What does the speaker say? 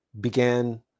began